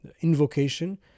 invocation